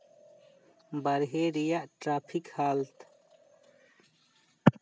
ᱵᱟᱨᱦᱮ ᱨᱮᱭᱟᱜ ᱴᱨᱟᱯᱷᱤᱠ ᱦᱟᱞᱚᱛ